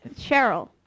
Cheryl